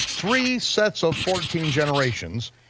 three sets of fourteen generations,